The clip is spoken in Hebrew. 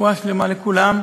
רפואה שלמה לכולם.